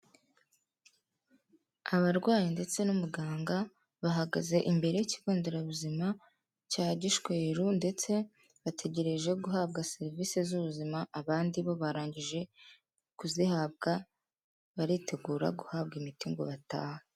Abarwayi ndetse n'umuganga bahagaze imbere y'ikigo nderabuzima cya Gishweru ndetse bategereje guhabwa serivisi z'ubuzima, abandi bo barangije kuzihabwa, baritegura guhabwa imiti ngo batahe.